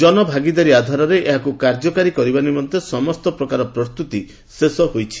ଜନଭାଗିଦାରୀ ଆଧାରରେ ଏହାକୁ କାର୍ଯ୍ୟକାରୀ କରିବା ନିମନ୍ତେ ସମସ୍ତ ପ୍ରକାର ପ୍ରସ୍ତୁତି ଶେଷ ହୋଇଛି